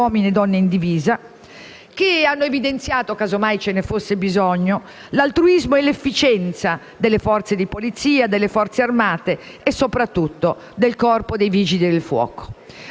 uomini e donne in divisa, evidenziando - casomai ve ne fosse bisogno - l'altruismo e l'efficienza delle forze di polizia, delle Forze armate e soprattutto del Corpo dei vigili del fuoco.